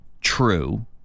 true